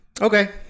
Okay